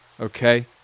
okay